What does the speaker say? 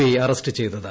I arrest ചെയ്തത്